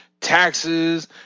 taxes